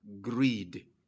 greed